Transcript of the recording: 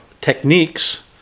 techniques